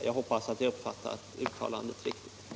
Jag hoppas att jag har uppfattat uttalandet riktigt.